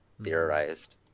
theorized